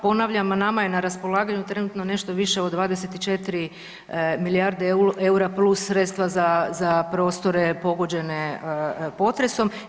Ponavljam nama je na raspolaganju trenutno nešto više od 24 milijarde EUR-a plus sredstava za prostore pogođene potresom.